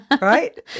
Right